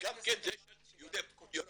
גם כן זה של יהודי ---.